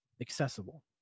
accessible